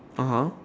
(uh huh)